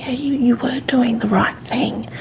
ah you you were doing the right thing.